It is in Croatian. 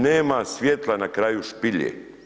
Nema svijetla na kraju špilje.